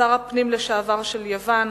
שר הפנים לשעבר של יוון,